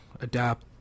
adapt